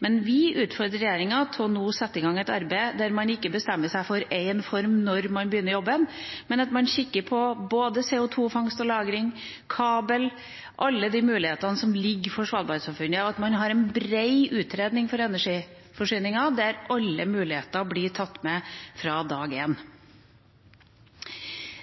utfordrer regjeringa til nå å sette i gang et arbeid der man ikke bestemmer seg for én form når man begynner jobben, men at man kikker på både CO2-fangst og -lagring, kabel – alle de mulighetene som ligger for Svalbard-samfunnet – og at man har en bred utredning om energiforsyningen der alle muligheter blir tatt med fra dag én.